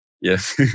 Yes